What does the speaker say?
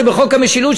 שבחוק המשילות,